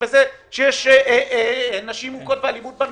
בזה שיש נשים מוכות ואלימות במשפחה.